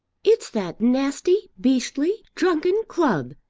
it's that nasty, beastly, drunken club,